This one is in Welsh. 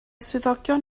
swyddogion